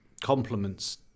compliments